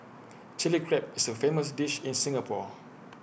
Chilli Crab is A famous dish in Singapore